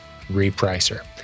repricer